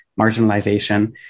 marginalization